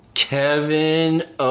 Kevin